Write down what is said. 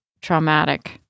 traumatic